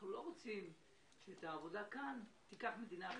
אנחנו לא רוצים שאת העבודה כאן תיקח מדינה אחרת,